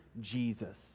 Jesus